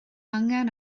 angen